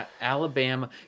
Alabama